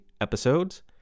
episodes